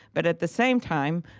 but at the same time,